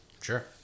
Sure